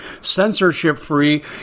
censorship-free